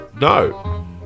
no